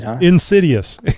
insidious